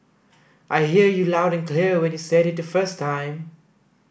I hear you loud and clear when you said it the first time